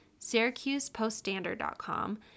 SyracusePostStandard.com